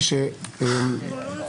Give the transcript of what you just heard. אוקיי.